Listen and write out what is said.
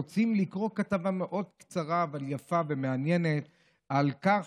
רוצים לקרוא כתבה מאוד קצרה אבל יפה ומעניינת על כך